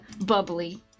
Bubbly